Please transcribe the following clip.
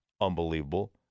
unbelievable